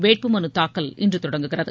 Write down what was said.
வேட்பு மனு தாக்கல் இன்று தொடங்குகிறது